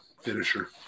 finisher